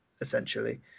essentially